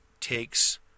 takes